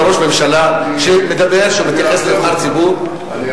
ראש הממשלה, חברת הכנסת רגב.